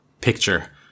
picture